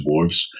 dwarves